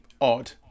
odd